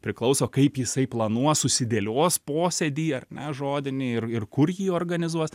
priklauso kaip jisai planuos susidėlios posėdį ar ne žodinį ir kur jį organizuos